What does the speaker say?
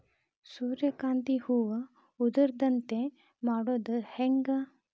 ಸೂರ್ಯಕಾಂತಿ ಹೂವ ಉದರದಂತೆ ಮಾಡುದ ಹೆಂಗ್?